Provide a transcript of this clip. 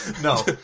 No